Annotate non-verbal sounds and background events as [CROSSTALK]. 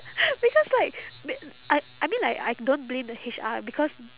[NOISE] because like be~ I I mean like I don't blame the H_R because